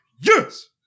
yes